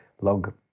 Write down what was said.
log